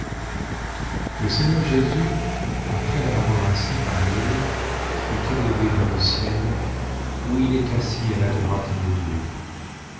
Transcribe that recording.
le seigneur jésus après leur avoir ainsi parlé fut élevé dans le ciel où il est assis à la droite de dieu